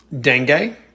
Dengue